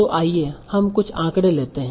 तो आइए हम कुछ आंकड़े लेते हैं